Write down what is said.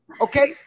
Okay